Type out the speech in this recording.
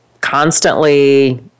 constantly